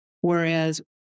Whereas